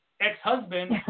ex-husband